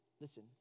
listen